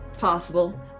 possible